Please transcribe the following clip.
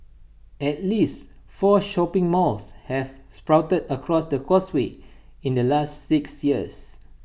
at least four shopping malls have sprouted across the causeway in the last six years